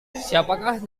siapakah